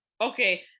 Okay